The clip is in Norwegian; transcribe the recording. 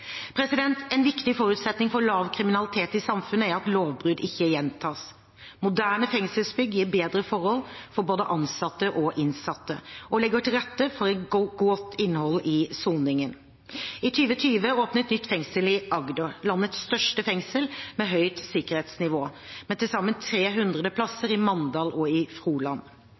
En viktig forutsetning for lav kriminalitet i samfunnet er at lovbrudd ikke gjentas. Moderne fengselsbygg gir bedre forhold for både ansatte og innsatte og legger til rette for et godt innhold i soningen. I 2020 åpnet nytt fengsel i Agder, landets største fengsel med høyt sikkerhetsnivå, med tilsammen 300 plasser i Mandal og Froland.